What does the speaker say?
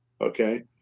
Okay